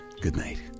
goodnight